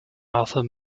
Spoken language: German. arthur